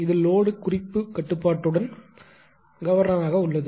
இது லோடு குறிப்பு கட்டுப்பாட்டுடன் கவர்னராக உள்ளது